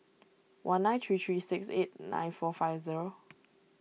one nine three three six eight nine four five zero